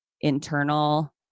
internal